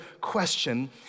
question